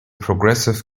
progressive